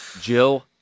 Jill